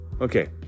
Okay